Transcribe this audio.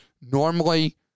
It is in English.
Normally